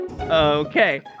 Okay